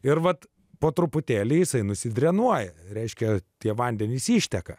ir vat po truputėlį jisai nusidrenuoja reiškia tie vandenys išteka